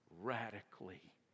radically